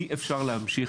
אי אפשר להמשיך,